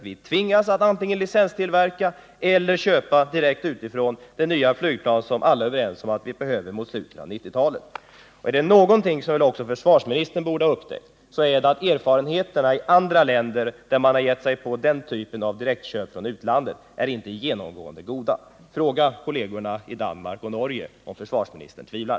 Vi tvingas nu att antingen licenstillverka eller att utifrån köpa det nya flygplan som alla är överens om att vi behöver mot slutet av 1990-talet. Om det är någonting som också försvarsministern borde ha upptäckt så är det att erfarenheterna i andra länder, där man gett sig på den typen av direktköp från utlandet, inte är genomgående goda. Fråga kollegorna i Danmark och Norge om försvarsministern tvivlar!